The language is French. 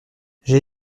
j’ai